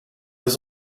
was